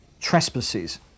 trespasses